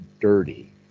dirty